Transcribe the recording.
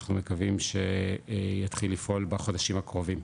שאנחנו מקווים שיתחיל לפעול בחודשים הקרובים.